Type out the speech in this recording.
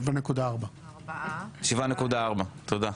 7.4. 7.4. תודה.